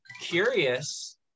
Curious